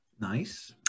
nice